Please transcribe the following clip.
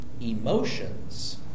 emotions